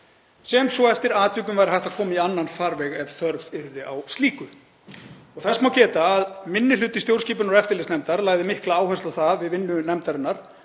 sem eftir atvikum væri hægt að koma í annan farveg ef þörf yrði á slíku. Þess má geta að minni hluti stjórnskipunar- og eftirlitsnefndar lagði mikla áherslu á það í vinnu nefndarinnar